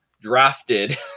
drafted